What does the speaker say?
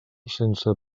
sense